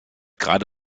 gerade